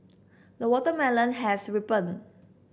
the watermelon has ripened